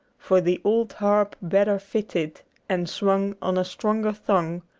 for the old harp better fitted and swung on a stronger thong,